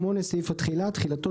8. תחילה.